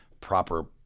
proper